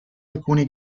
alcuni